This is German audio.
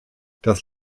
das